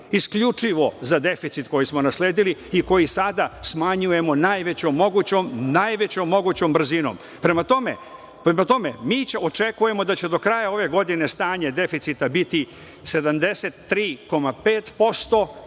isključivo za deficit koji smo nasledili i koji sada smanjujemo najvećom mogućom brzinom. Prema tome, očekujemo da će do kraja ove godine stanje deficita biti 73,5%